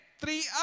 Three